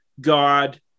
God